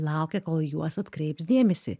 laukia kol į juos atkreips dėmesį